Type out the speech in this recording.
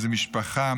מאיזו משפחה,